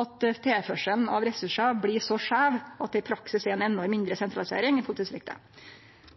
at tilførselen av ressursar blir så skeiv at det i praksis er ei enorm indre sentralisering av politidistriktet.